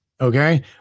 Okay